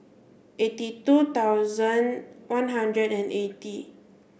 eighty two thousand one hundred and eighty